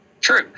True